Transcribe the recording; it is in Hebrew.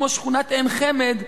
כמו שכונת עין-חמד,